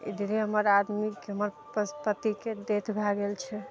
इधरे हमर आदमीके हमर पस पति डेथ भए गेल छै